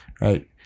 right